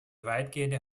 weitgehende